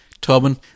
Tobin